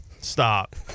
stop